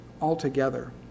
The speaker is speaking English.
altogether